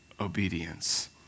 obedience